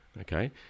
Okay